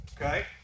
Okay